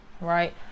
right